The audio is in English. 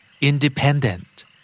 Independent